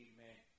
Amen